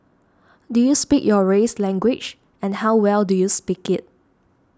do you speak your race's language and how well do you speak it